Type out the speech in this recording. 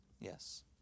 Yes